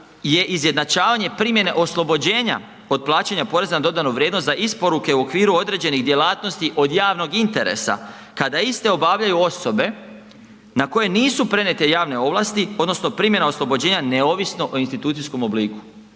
je izjednačavanje primjene oslobođenja od plaćanja poreza na dodanu vrijednost za isporuke u okviru određenih djelatnosti od javnog interesa kada iste obavljaju osobe na koje nisu prenijete javne ovlasti odnosno primjena oslobođenja neovisno o institucijskom obliku,